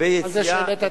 על זה שהעלית את השאלה.